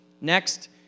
Next